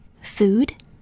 Food